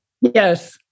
Yes